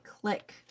click